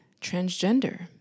transgender